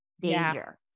danger